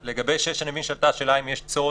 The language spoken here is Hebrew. לגבי (6) אני מבין שעלתה השאלה אם יש צורך